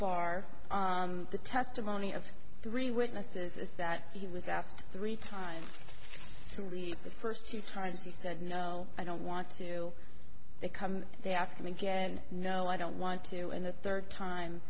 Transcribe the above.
bar the testimony of three witnesses is that he was asked three times to the first two times he said no i don't want to they come they ask me again no i don't want to and the third time